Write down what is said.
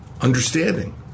understanding